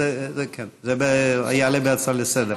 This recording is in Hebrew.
זה יעלה כהצעה לסדר-היום.